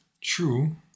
True